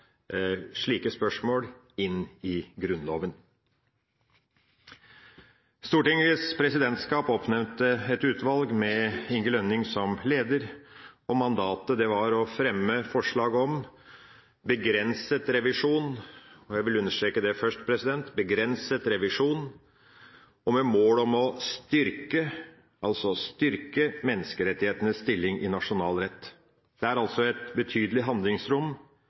slike spørsmål inn i Grunnloven. Stortingets presidentskap oppnevnte et utvalg med Inge Lønning som leder, og mandatet var å fremme forslag om begrenset revisjon – og jeg vil understreke det først: begrenset revisjon – med mål om å styrke menneskerettighetenes stilling i nasjonal rett. Det dreier seg altså om et betydelig handlingsrom,